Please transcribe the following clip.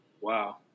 Wow